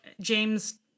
James